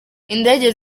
indege